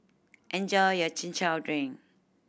enjoy your Chin Chow drink